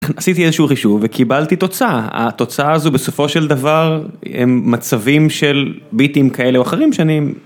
עשיתי איזשהו חישוב וקיבלתי תוצאה, התוצאה הזו בסופו של דבר הם מצבים של ביטים כאלה או אחרים שאני...